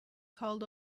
called